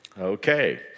Okay